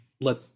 let